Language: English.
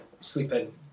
sleeping